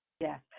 Yes